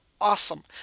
Awesome